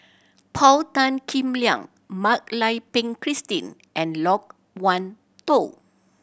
Paul Tan Kim Liang Mak Lai Peng Christine and Loke Wan Tho